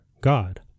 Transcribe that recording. God